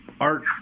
art